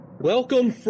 Welcome